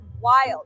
wild